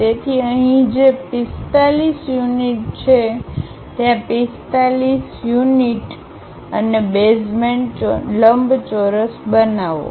તેથી અહીં જે 45 યુનિટ છે ત્યાં 45 યુનિટ છે તેથી 45 યુનિટ અને બેઝમેન્ટ લંબચોરસ બનાવો